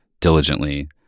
diligently